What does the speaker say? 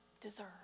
deserve